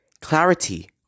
Clarity